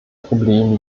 problem